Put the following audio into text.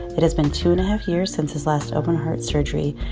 it has been two and a half years since his last open-heart surgery.